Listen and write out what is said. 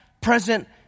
present